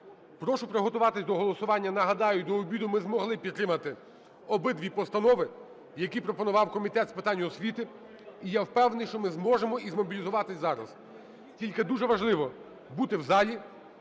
Прошу приготуватись до голосування. Нагадаю, до обіду ми змогли підтримати обидві постанови, які пропонував Комітет з питань освіти. І я впевнений, що ми зможемо змобілізуватись зараз. Тільки дуже важливо бути в залі,